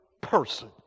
person